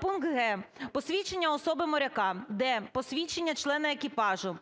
"пункт г) посвідчення особи моряка; д) посвідчення члена екіпажу;